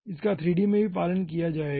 इसका 3d में भी पालन किया जाएगा